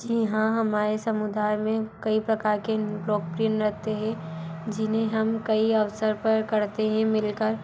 जी हाँ हमारे समुदाय में कई प्रकार के लोकप्रिय नृत्य है जिन्हें हम कई अवसर पर करते हें मिल कर